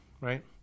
right